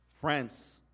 Friends